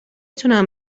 توانم